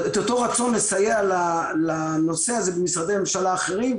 רצון לסייע לנושא הזה במשרדי ממשלה אחרים,